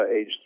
age